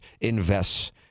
invests